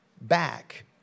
back